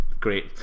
Great